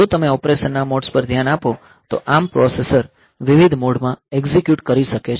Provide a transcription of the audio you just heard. જો તમે ઓપરેશન ના મોડ્સ પર ધ્યાન આપો તો ARM પ્રોસેસર વિવિધ મોડમાં એક્ઝિક્યુટ કરી શકે છે